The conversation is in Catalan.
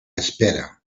espera